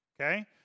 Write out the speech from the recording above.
okay